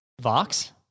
Vox